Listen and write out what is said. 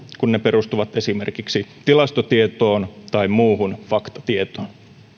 kun ne perustuvat esimerkiksi tilastotietoon tai muuhun faktatietoon